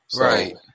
Right